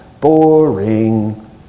Boring